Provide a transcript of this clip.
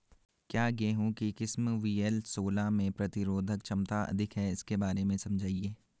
क्या गेहूँ की किस्म वी.एल सोलह में प्रतिरोधक क्षमता अधिक है इसके बारे में समझाइये?